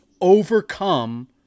overcome